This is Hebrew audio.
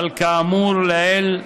אבל כאמור לעיל,